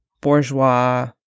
bourgeois